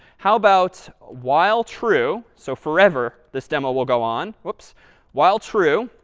how about while true so forever, this demo will go on whoops while true,